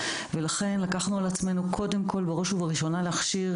לכן לקחנו על עצמנו קודם כל בראש ובראשונה להכשיר